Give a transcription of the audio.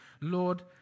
Lord